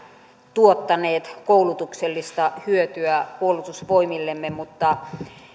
tuottaneet koulutuksellista hyötyä puolustusvoimillemme mutta